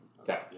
Okay